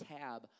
tab